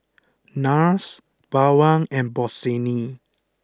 Nars Bawang and Bossini